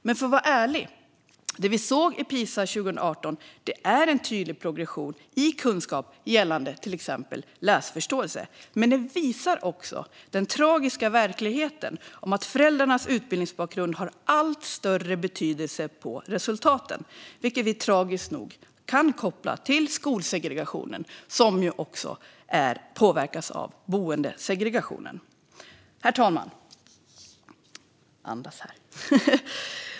Och för att vara ärlig är det vi såg i Pisa 2018 en tydlig progression när det gäller kunskap i till exempel läsförståelse, men det visar också den tragiska verkligheten: att föräldrarnas utbildningsbakgrund har allt större betydelse för resultaten, vilket vi tragiskt nog kan koppla till skolsegregationen, som ju också påverkas av boendesegregationen. Herr talman!